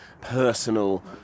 personal